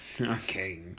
Okay